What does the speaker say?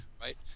right